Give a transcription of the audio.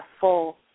full